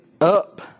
up